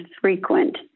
frequent